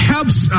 Helps